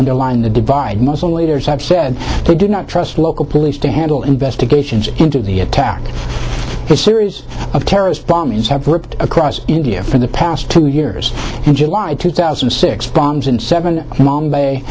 underline the divide muslim leaders have said they do not trust local police to handle investigations into the attack because a series of terrorist bombings have ripped across india for the past two years and july two thousand and six bombs in seven mom by